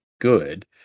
good